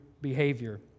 behavior